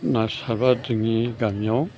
ना सारबा जोंनि गामियाव